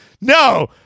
no